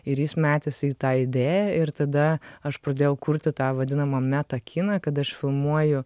ir jis metėsi į tą idėją ir tada aš pradėjau kurti tą vadinamą meta kiną kad aš filmuoju